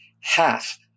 half